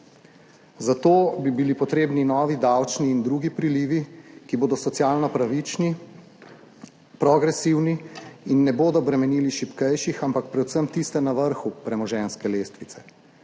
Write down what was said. Zato bi bili potrebni novi davčni in drugi prilivi, ki bodo socialno pravični, progresivni in ne bodo bremenili šibkejših, ampak predvsem tiste na vrhu premoženjske lestvice.